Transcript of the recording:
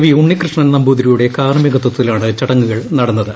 V Unnikrishnan നമ്പൂതിരിയുടെ കർമ്മീകത്വത്തിലാണ് ചടങ്ങുകൾ നടന്നത്